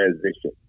transition